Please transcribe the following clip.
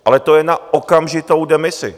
Ale to je na okamžitou demisi.